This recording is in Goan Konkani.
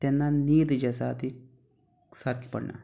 तेन्ना नीद जी आसा ती सारकी पडना